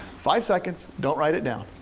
five seconds, don't write it down.